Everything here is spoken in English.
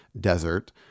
desert